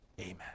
Amen